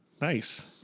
Nice